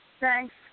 Thanks